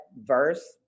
verse